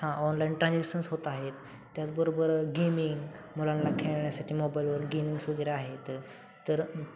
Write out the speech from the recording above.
हा online transactions होत आहेत त्याचबरोबर गेमिंग मुलांना खेळण्यासाठी मोबाईलवर गेमिंग्स वगैरे आहेत तर